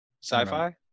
Sci-fi